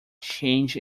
changed